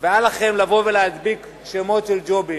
ואל לכם להדביק שמות של ג'ובים.